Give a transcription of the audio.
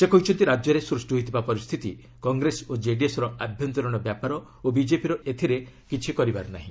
ସେ କହିଛନ୍ତି ରାଜ୍ୟରେ ସୃଷ୍ଟି ହୋଇଥିବା ପରିସ୍ଥିତି କଂଗ୍ରେସ ଓ କେଡିଏସ୍ର ଆଭ୍ୟନ୍ତରୀଣ ବ୍ୟାପାର ଓ ବିଜେପିର ଏଥିରେ କିଛି କରିବାର ନାହିଁ